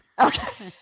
Okay